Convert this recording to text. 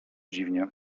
dziwnie